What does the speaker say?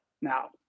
now